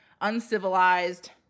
uncivilized